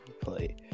play